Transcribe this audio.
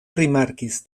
rimarkis